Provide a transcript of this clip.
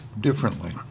differently